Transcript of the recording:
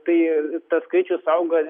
tai tas skaičius auga